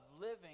living